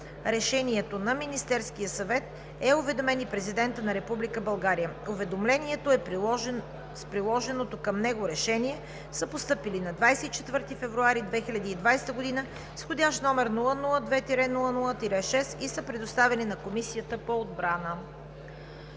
решението на Министерския съвет е уведомен и Президентът на Република България. Уведомлението с приложеното към него Решение са постъпили на 24 февруари 2020 г. с входящ № 002-00-6 и са предоставени на Комисията по отбрана.